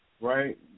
right